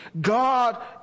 God